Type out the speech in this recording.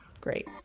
great